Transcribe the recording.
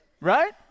Right